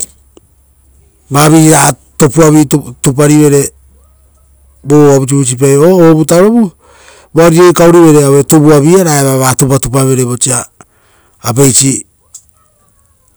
Vaviri ragaa topuavi tupatupa vo uva vusivusipai vo o vutarovu, voarire ikaurivere aue tuvuva via raa evoa va tupatupa vere vosa apeisi,